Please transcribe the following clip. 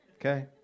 Okay